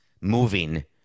moving